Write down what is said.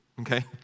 Okay